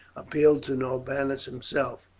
appeal to norbanus himself.